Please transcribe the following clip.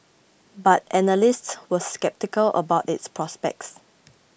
but analysts were sceptical about its prospects